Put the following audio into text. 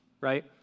right